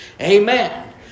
Amen